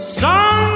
sun